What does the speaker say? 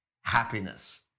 happiness